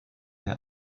der